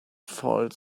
foiled